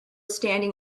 standing